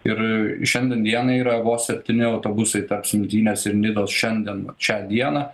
ir šiandien dienai yra vos septyni autobusai tarp smiltynės ir nidos šiandien šią dieną